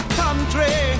country